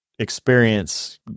experience